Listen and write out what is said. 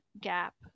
gap